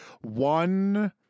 one